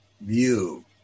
view